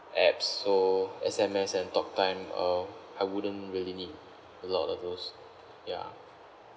apps so S_M_S and talk time um I wouldn't really need a lot of those ya